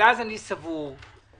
לא הזמינו אותם.